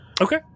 Okay